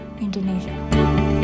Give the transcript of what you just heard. Indonesia